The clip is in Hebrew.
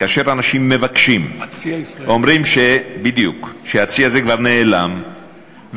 כאשר אנשים מבקשים ואומרים שהצי הזה כבר נעלם,